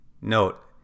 Note